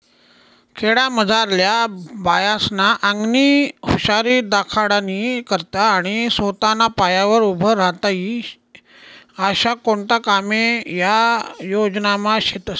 खेडामझारल्या बायास्ना आंगनी हुशारी दखाडानी करता आणि सोताना पायावर उभं राहता ई आशा कोणता कामे या योजनामा शेतस